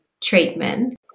treatment